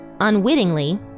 unwittingly